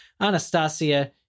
Anastasia